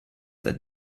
that